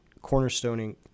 cornerstoning